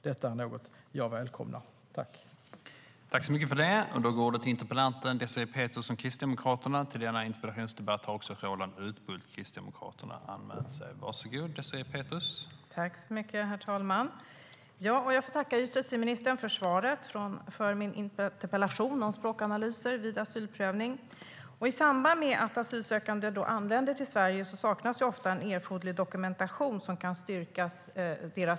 Detta är något jag välkomnar.